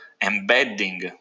embedding